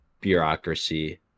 bureaucracy